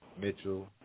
Mitchell